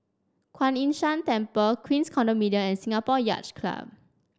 Kuan Yin San Temple Queens Condominium and Singapore Yacht Club